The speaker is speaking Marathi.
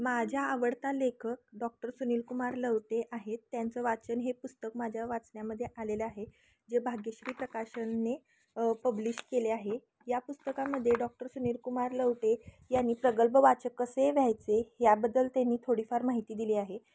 माझा आवडता लेखक डॉक्टर सुनील कुमार लवटे आहेत त्यांचं वाचन हे पुस्तक माझ्या वाचण्यामध्ये आलेलं आहे जे भाग्यश्री प्रकाशनने पब्लिश केले आहे या पुस्तकामध्ये डॉक्टर सुनील कुमार लवटे या यांनी प्रगल्भ वाचक कसे व्हायचे याबद्दल त्यांनी थोडीफार माहिती दिली आहे